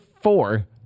four